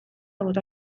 bota